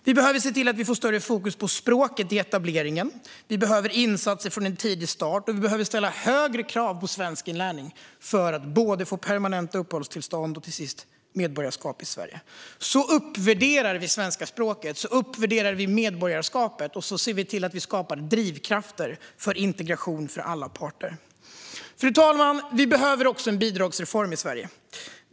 Vi behöver få större fokus på språket i etableringen. Vi behöver tidiga insatser, och vi behöver ställa högre krav på svenskinlärning för permanenta uppehållstillstånd och till sist medborgarskap i Sverige. Så uppvärderar vi svenska språket och medborgarskapet, och så ser vi till att skapa drivkrafter för integration för alla parter. Fru talman! Vi behöver också en bidragsreform i Sverige.